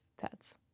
pets